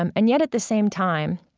um and yet at the same time,